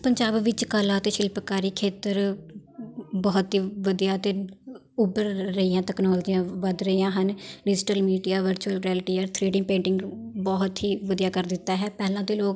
ਪੰਜਾਬ ਵਿੱਚ ਕਲਾ ਅਤੇ ਸ਼ਿਲਪਕਾਰੀ ਖੇਤਰ ਬਹੁਤ ਹੀ ਵਧੀਆ ਅਤੇ ਉੱਭਰ ਰਹੀਆਂ ਤਕਨੋਲੋਜੀਆਂ ਵੱਧ ਰਹੀਆਂ ਹਨ ਡਿਜ਼ੀਟਲ ਮੀਡੀਆ ਵਰਚੁਅਲ ਰਿਐਲਟੀ ਔਰ ਥ੍ਰੀ ਡੀ ਪੇਂਟਿੰਗ ਬਹੁਤ ਹੀ ਵਧੀਆ ਕਰ ਦਿੱਤਾ ਹੈ ਪਹਿਲਾਂ ਤਾਂ ਲੋਕ